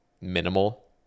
minimal